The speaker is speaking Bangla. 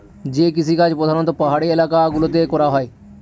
যে কৃষিকাজ প্রধানত পাহাড়ি এলাকা গুলোতে করা হয়